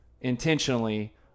intentionally